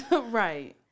Right